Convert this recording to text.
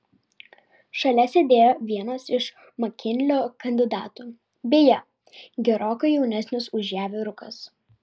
šalia sėdėjo vienas iš makinlio kandidatų beje gerokai jaunesnis už ją vyrukas